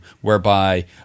whereby